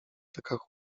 taka